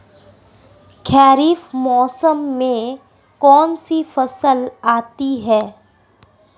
खरीफ मौसम में कौनसी फसल आती हैं?